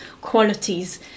qualities